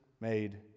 made